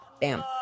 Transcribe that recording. Bam